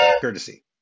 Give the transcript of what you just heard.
courtesy